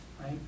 right